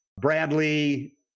Bradley